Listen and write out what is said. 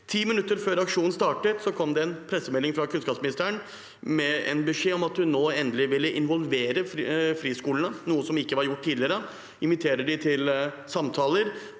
Ti minutter før aksjonen startet, kom det en pressemelding fra kunnskapsministeren med en beskjed om at hun nå endelig ville involvere friskolene, noe som ikke var gjort tidligere, invitere dem til samtaler